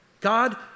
God